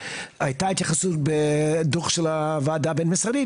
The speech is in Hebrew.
הייתה התייחסות בדוח של הועדה הבין-משרדית